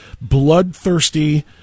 bloodthirsty